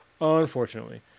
unfortunately